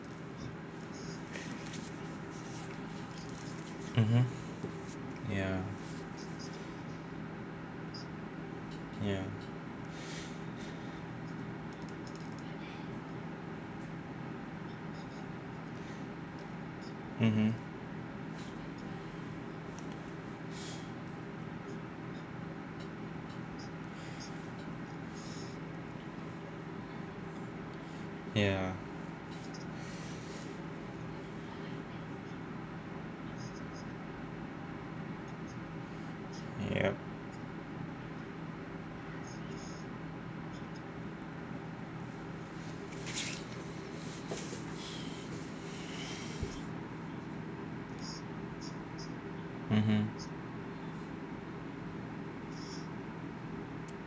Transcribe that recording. mmhmm ya ya mmhmm ya yup mmhmm